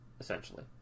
essentially